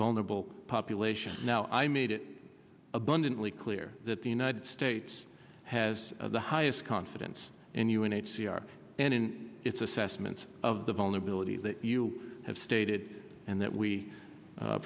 vulnerable population now i made it abundantly clear that the united states has the highest confidence in u n h c r and in its assessments of the vulnerability that you have stated and that we